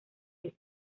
les